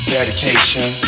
Dedication